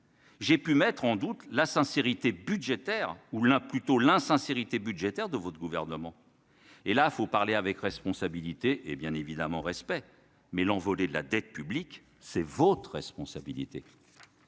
J'ai pu mettre en doute la sincérité budgétaire ou l'un plutôt l'insincérité budgétaire de votre gouvernement et là, il faut parler avec responsabilité et bien évidemment respect mais l'envolée de la dette publique, c'est votre responsabilité,